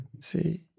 see